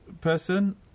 person